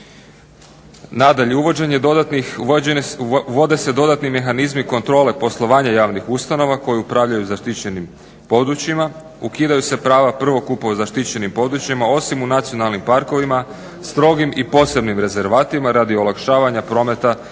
Nadalje, uvođenje dodatnih uvode se dodatni mehanizmi kontrole poslovanje javnih ustanova koje upravljanju zaštićenim područjima, ukidaju se prava prvokupa u zaštićenim područjima osim u nacionalnim parkovima, strogim i posebnim rezervatima radi olakšavanja prometa